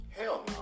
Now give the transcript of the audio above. Hell